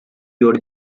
your